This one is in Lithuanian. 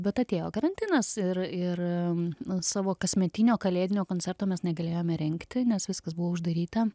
bet atėjo karantinas ir ir savo kasmetinio kalėdinio koncerto mes negalėjome rengti nes viskas buvo uždaryta